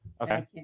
Okay